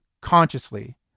consciously